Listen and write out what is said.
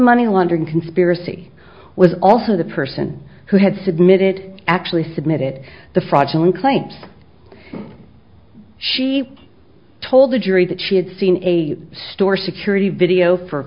money laundering conspiracy was also the person who had submitted actually submitted the fraudulent claims she told the jury that she had seen a store security video for